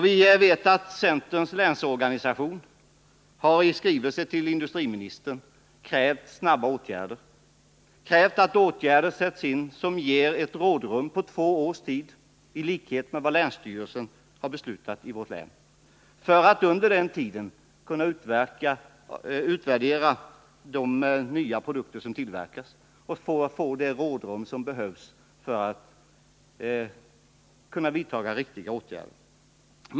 Vi vet att centerns länsorganisation i skrivelse till industriministern har krävt snabba åtgärder, åtgärder som ger ett rådrum på två år. Detta överensstämmer med vad länsstyrelsen i vårt län beslutat. Ett rådrum behövs för att man under den tiden skall kunna utvärdera de nya produkter som tillverkas och kunna vidta riktiga åtgärder.